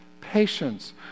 patience